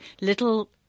little